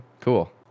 cool